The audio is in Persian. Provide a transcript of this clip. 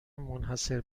منحصر